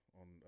on